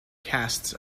casts